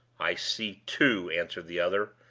i see two! answered the other,